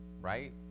Right